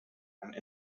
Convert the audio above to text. and